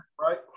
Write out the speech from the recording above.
right